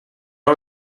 are